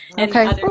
Okay